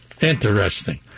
interesting